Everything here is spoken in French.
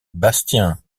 bastien